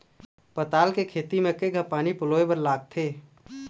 पताल के खेती म केघा पानी पलोए बर लागथे?